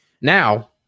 now